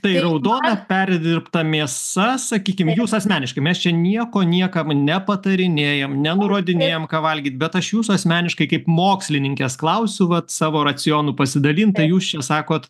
tai raudona perdirbta mėsa sakykim jūs asmeniškai mes čia nieko niekam nepatarinėjam nenurodinėjam ką valgyt bet aš jūsų asmeniškai kaip mokslininkės klausiu vat savo racionu pasidalint tai jūs čia sakot